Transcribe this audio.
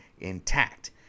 intact